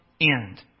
end